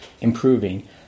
improving